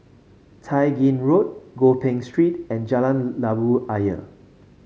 Tai Gin Road Gopeng Street and Jalan Labu Ayer